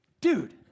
dude